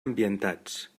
ambientats